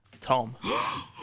Tom